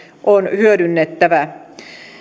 on hyödynnettävä